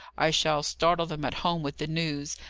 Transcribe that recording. i shall startle them at home with the news,